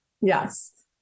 Yes